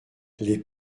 les